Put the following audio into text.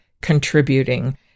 contributing